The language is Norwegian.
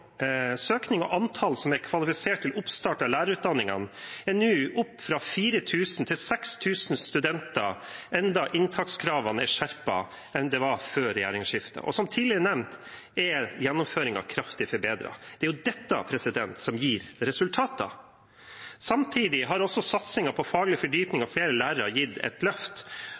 antall som er kvalifisert til oppstart av lærerutdanningene, har nå gått opp fra 4 000 til 6 000 studenter, enda inntakskravene er skjerpet, sammenlignet med før regjeringsskiftet. Og som tidligere nevnt er gjennomføringen kraftig forbedret. Det er jo dette som gir resultater. Samtidig har også satsingen på faglig fordypning og flere lærere gitt et løft.